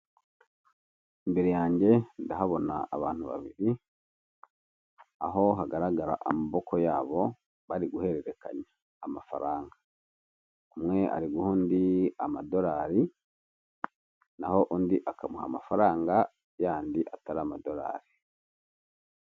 Imbere yanjye ndahabona abantu babiri aho hagaragara amaboko yabo bari guhererekanya amafaranga, umwe ari guha undi amadolari naho undi akamuha amafaranga yandi atari amadolari.